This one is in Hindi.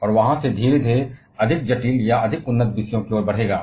और वहाँ से धीरे धीरे अधिक जटिल या अधिक उन्नत विषयों की ओर अग्रसर होगा